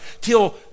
till